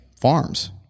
farms